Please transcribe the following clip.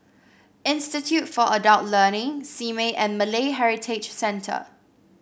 Institute for Adult Learning Simei and Malay Heritage Center